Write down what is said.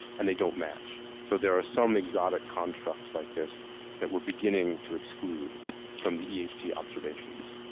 and they don't match. so there are some exotic constructs like this that we're beginning to exclude from the e h t. observations.